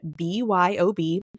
BYOB